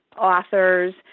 authors